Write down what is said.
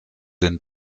den